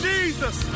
Jesus